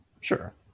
Sure